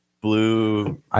blue